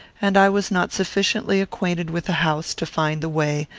and i was not sufficiently acquainted with the house to find the way,